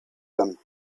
them